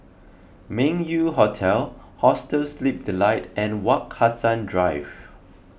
Meng Yew Hotel Hostel Sleep Delight and Wak Hassan Drive